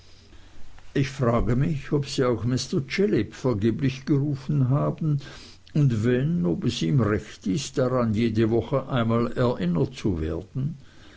ich frage mich ob sie auch mr chillip vergeblich gerufen haben und wenn ob es ihm recht ist daran jede woche einmal erinnert zu werden